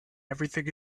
everything